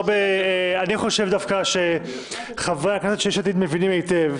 אני חושב דווקא שחברי הכנסת של יש עתיד מבינים היטב.